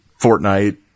Fortnite